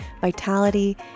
vitality